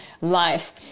life